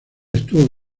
estuvo